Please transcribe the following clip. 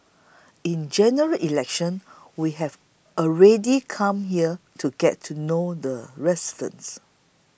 in General Election we have already come here to get to know the residents